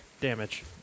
Damage